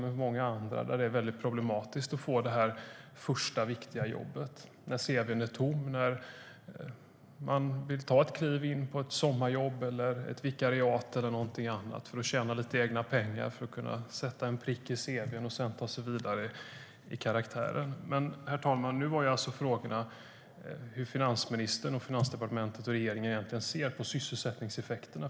Men för många är det mycket problematiskt att få det första viktiga jobbet när cv:t är tomt och de vill ta ett kliv in på ett sommarjobb eller ett vikariat för att tjäna lite egna pengar, få en prick i cv:t och sedan ta sig vidare. Men nu gällde frågan hur finansministern, Finansdepartementet och regeringen egentligen ser på sysselsättningseffekterna.